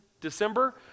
December